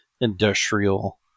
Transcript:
industrial